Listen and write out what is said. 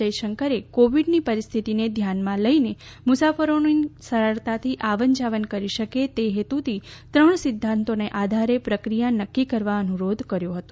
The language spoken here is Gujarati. જયશંકરે કોવિડની પરિસ્થિતિને ધ્યાનમાં લઈને મુસાફરોની સરળતાથી આવન જાવન કરી શકે તે હેતુથી ત્રણ સિદ્ધાંતોના આધારે પ્રક્રિયા નક્કી કરવા અનુરોધ કર્યો હતો